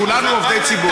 כולנו עובדי ציבור.